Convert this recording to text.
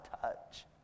touch